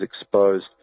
exposed